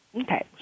Okay